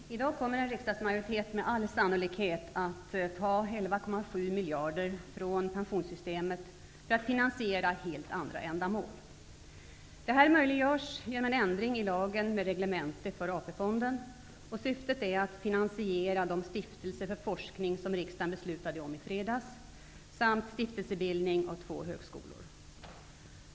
Fru talman! I dag kommer en riksdagsmajoritet med all sannolikhet att ta 11 700 miljoner kronor från pensionssystemet för att finansiera helt andra ändamål. Detta möjliggörs genom ändring i lagen med reglemente för AP-fonden och syftet är att finansiera de stiftelser för forskning som riksdagen beslutade om i fredags samt stiftelsebildning av två högskolor.